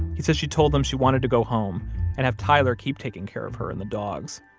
he says she told them she wanted to go home and have tyler keep taking care of her and the dogs,